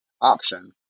option